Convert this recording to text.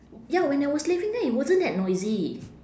ya when I was living there it wasn't that noisy